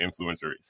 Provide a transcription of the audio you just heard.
Influencers